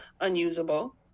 unusable